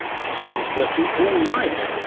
cos he was working all night,